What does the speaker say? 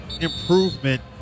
improvement